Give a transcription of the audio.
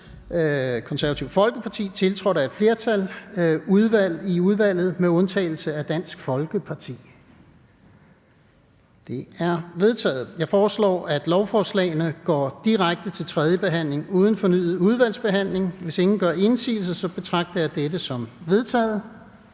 mindretal (KF), tiltrådt af et flertal (udvalget med undtagelse af DF)? Det er vedtaget. Jeg foreslår, at lovforslagene går direkte til tredje behandling uden fornyet udvalgsbehandling. Hvis ingen gør indsigelse, betragter jeg dette som vedtaget.